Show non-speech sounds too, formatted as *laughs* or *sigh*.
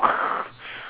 *laughs*